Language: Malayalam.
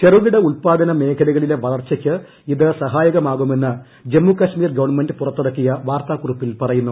ചെറുകിട ഉൽപ്പാദന മേഖലകളിലെ വളർച്ചയ്ക്ക് ഇത് സഹായക്മൂമാകുമെന്ന് ജമ്മുകാശ്മീർ ഗവൺമെന്റ് പുറത്തിറക്കിയ വാർത്താക്ക്റ്റി്പ്പിൽ പറയുന്നു